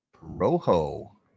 Rojo